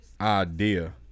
idea